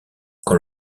quand